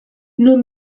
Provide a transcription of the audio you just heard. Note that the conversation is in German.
nur